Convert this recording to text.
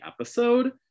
episode